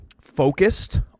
focused